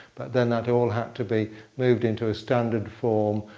but then that all had to be moved into a standard form.